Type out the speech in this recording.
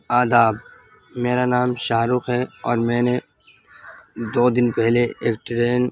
آداب میرا نام شاہ رخ ہے اور میں نے دو دن پہلے ایک ٹرین